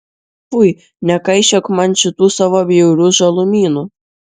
fui nekaišiok man šitų savo bjaurių žalumynų